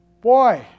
Boy